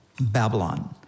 Babylon